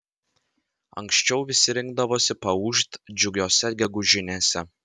anksčiau visi rinkdavosi paūžt džiugiose gegužinėse